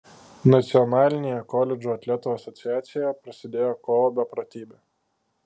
nacionalinėje koledžų atletų asociacijoje prasidėjo kovo beprotybė